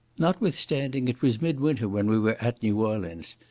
notwithstanding it was mid-winter when we were at new orleans,